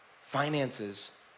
finances